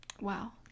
Wow